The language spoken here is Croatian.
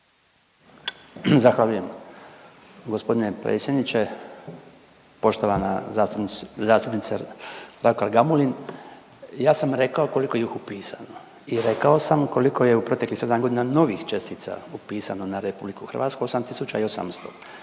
Zahvaljujem gospodine predsjedniče. Poštovana zastupnice Raukar-Gamulin, ja sam rekao koliko ih je upisano i rekao sam koliko je u proteklih 7 godina novih čestica upisano na Republiku Hrvatsku, 8800